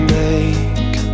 make